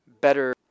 better